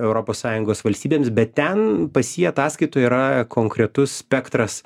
europos sąjungos valstybėms bet ten pas jį ataskaitos yra konkretus spektras